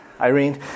Irene